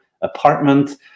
apartment